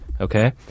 okay